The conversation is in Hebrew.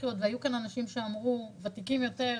והיו כאן אנשים ותיקים יותר,